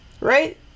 Right